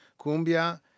Cumbia